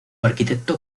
arquitecto